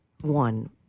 one